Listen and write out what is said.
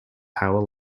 power